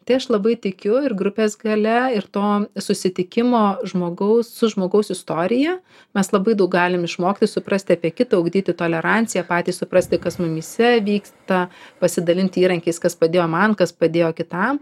tai aš labai tikiu ir grupės galia ir to susitikimo žmogaus su žmogaus istorija mes labai daug galim išmokti suprasti apie kitą ugdyti toleranciją patys suprasti kas mumyse vyksta pasidalinti įrankiais kas padėjo man kas padėjo kitam